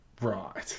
Right